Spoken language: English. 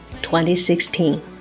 2016